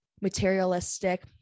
materialistic